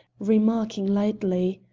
remarking lightly,